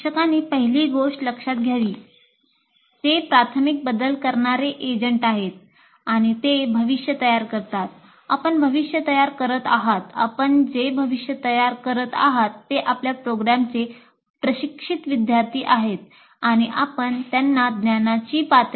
शिक्षकांनी पहिली गोष्ट लक्षात घ्यावी की ते प्राथमिक बदल करणारे एजंट आहात